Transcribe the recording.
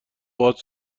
باهات